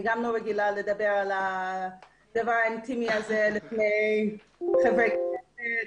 אני לא רגילה לדבר על הדבר האינטימי הזה לפני חברי כנסת,